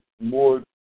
more